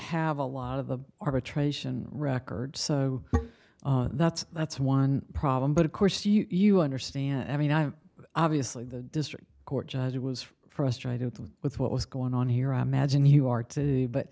have a lot of the arbitration record so that's that's one problem but of course you understand i mean i obviously the district court judge was frustrated with what was going on here i imagine you are to but